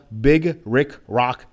bigrickrock